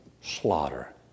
slaughter